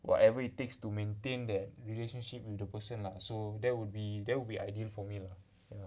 whatever it takes to maintain that relationship with the person lah so that would be that would be ideal for me lah ya